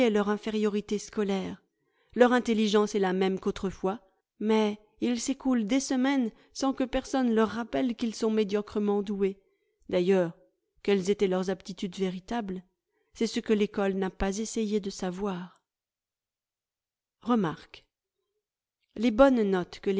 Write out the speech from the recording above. leur infériorité scolaire leur intelligence est la même qu'autrefois mais il s'écoule des semaines sans que personne leur rappelle qu'ils sont médiocrement doués d'ailleurs quelles étaient leurs aptitudes véritables c'est ce que l'ecole n'a pas essayé de savoir remarque les bonnes notes que